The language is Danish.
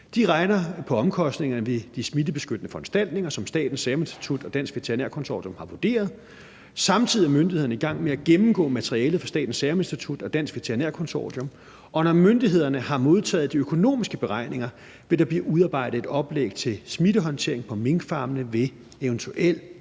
De regner på omkostningerne ved de smittebeskyttende foranstaltninger, som Statens Seruminstitut og Dansk Veterinærkonsortium har vurderet. Samtidig er myndighederne i gang med at gennemgå materialet fra Statens Seruminstitut og Dansk Veterinærkonsortium, og når myndighederne har modtaget de økonomiske beregninger, vil der blive udarbejdet et oplæg til smittehåndtering på minkfarmene ved eventuel